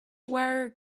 wire